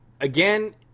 again